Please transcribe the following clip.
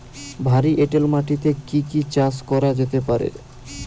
ভারী এঁটেল মাটিতে কি কি চাষ করা যেতে পারে?